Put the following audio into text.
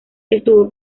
estuvo